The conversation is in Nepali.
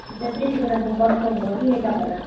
हुन्छ त्यति बेला म कनफर्म गर्छु नि म तपाईँलाई